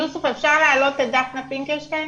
יוסף, אפשר להעלות את דפנה פינקלשטיין?